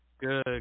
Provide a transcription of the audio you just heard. Good